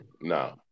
No